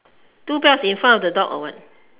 two belts in front of the dog or what